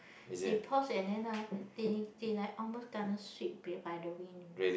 they pause and then ah they they like almost kena sweep bay by the wind you know